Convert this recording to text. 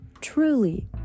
truly